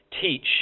teach